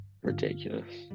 ridiculous